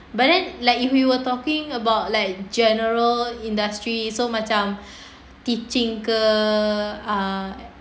but then like if we were talking about like general industry so macam teaching ke uh